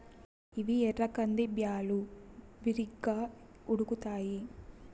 ఇవి ఎర్ర కంది బ్యాళ్ళు, బిరిగ్గా ఉడుకుతాయి